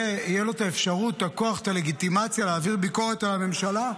תהיה לו הלגיטימציה להעביר ביקורת על הממשלה?